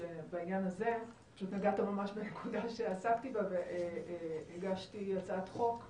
שבעניין הזה נגעת ממש בנקודה שעסקתי בה והגשתי הצעת חוק פרטית.